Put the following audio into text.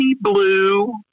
blue